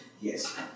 Yes